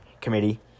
Committee